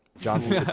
John